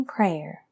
Prayer